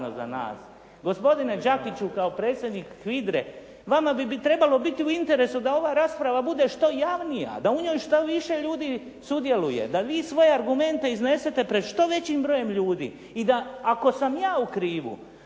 Gospodine Đakiću kao predsjednik HVIDRA-e vama bi trebalo biti u interesu da ova rasprava bude što javnija, da u njoj što više ljudi sudjeluje, da vi svoje argumente iznesete pred što većim brojem ljudi i da ako sam ja u krivu,